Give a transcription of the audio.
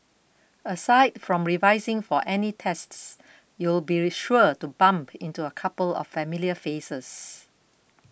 aside from revising for any tests you'll be sure to bump into a couple of familiar faces